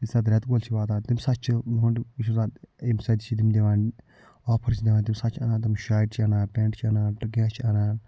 ییٚمہِ ساتہٕ ریٚتہٕ کول چھُ واتان تَمہِ ساتہٕ چھُ یہِ چھُ آسان اَمہِ ساتہٕ چھِ تِم دِوان آفر چھِ دِوان تَمہِ ساتہٕ چھِ اَنان تِم شاٹہِ چھِ اَنان پیٚنٛٹ چھِ اَنان کیٚنٛہہ چھِ اَنان